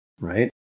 Right